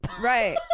right